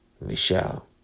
Michelle